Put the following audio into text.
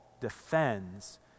defends